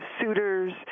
suitors